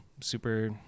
super